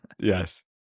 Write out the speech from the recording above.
Yes